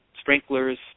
sprinklers